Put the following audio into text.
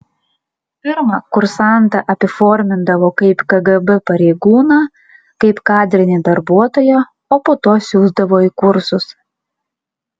pirma kursantą apiformindavo kaip kgb pareigūną kaip kadrinį darbuotoją o po to siųsdavo į kursus